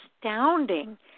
astounding